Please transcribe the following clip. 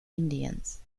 indiens